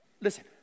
listen